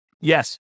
Yes